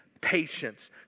patience